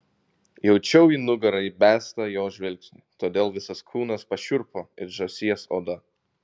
jaučiau į nugarą įbestą jo žvilgsnį todėl visas kūnas pašiurpo it žąsies oda